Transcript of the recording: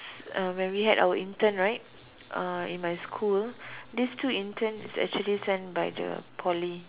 uh when we had our intern right uh in my school these two interns is actually sent by the Poly